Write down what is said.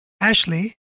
Ashley